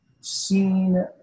seen